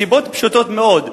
מסיבות פשוטות מאוד.